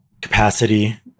capacity